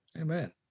Amen